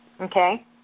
Okay